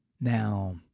Now